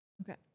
Okay